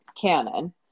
canon